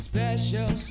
Special